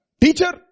Teacher